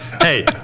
hey